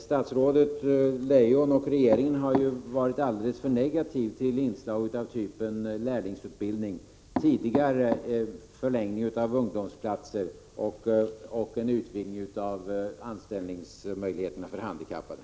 Statsrådet Leijon och regeringen har ju varit alldeles för negativa till inslag av typen lärlingsutbildning och tidigare till en förlängning av ungdomsplatser och en utvidgning av anställningsmöjligheterna för handikappade.